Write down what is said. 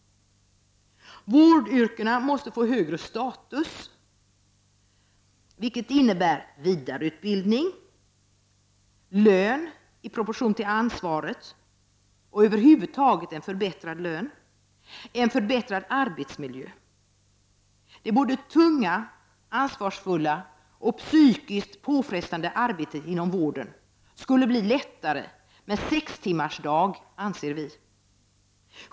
Vårdyrkena måste få högre status, vilket innebär vidareutbildning, lön i proportion till ansvar och en förbättrad lön över huvud taget samt en förbättrad arbetsmiljö. Det tunga, ansvarsfulla och psykiskt påfrestande arbetet inom vården skulle bli lättare med sextimmarsdag, anser vi.